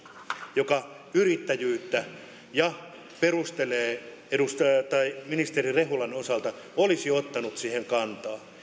joka yrittäjyyttä tukee ja perustelee ministeri rehulan osalta olisi ottanut siihen kantaa